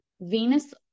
Venus